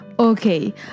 Okay